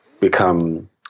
become